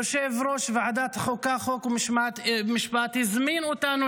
יושב-ראש ועדת החוקה, חוק ומשפט, הזמין אותנו